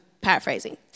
paraphrasing